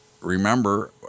remember